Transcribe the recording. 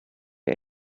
ate